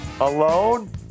alone